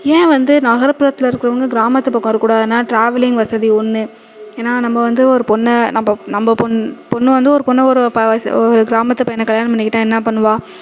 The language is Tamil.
ஏன் வந்து நகரப்புறத்தில் இருக்கிறவங்க கிராமத்து பக்கம் வர கூடாதுன்னால் ட்ராவலிங் வசதி ஒன்று ஏன்னால் நம்ம வந்து ஒரு பொண்ணை நம்ப நம்ப பெண் பெண்ணு வந்து ஒரு பொண்ணை ஒரு ப வஸ் ஒரு கிராமத்து பையனை கல்யாணம் பண்ணிக்கிட்டால் என்ன பண்ணுவாள்